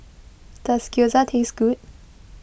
does Gyoza taste good